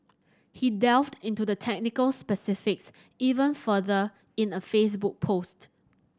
he delved into the technical specifics even further in a Facebook post